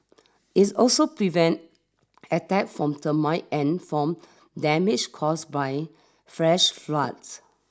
is also prevent attack from termite and from damage caused by fresh floods